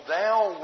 down